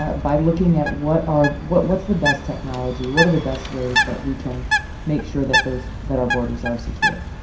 ah by looking at what are what's the best technology? what are the best ways that we can make sure that those that our borders are secure?